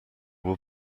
were